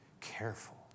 careful